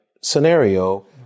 scenario